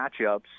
matchups